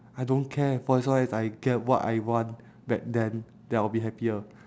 I don't care for as long as I get what I want back then then I'll be happier